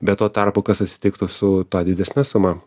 bet tuo tarpu kas atsitiktų su ta didesne suma